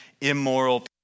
immoral